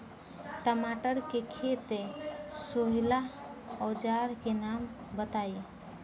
टमाटर के खेत सोहेला औजर के नाम बताई?